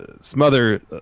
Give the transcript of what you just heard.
Smother